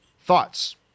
thoughts